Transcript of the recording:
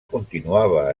continuava